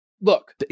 Look